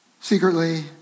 secretly